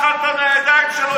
אכלת מהידיים שלו,